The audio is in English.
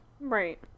Right